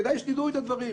כדאי שתדעו את הדברים.